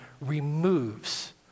removes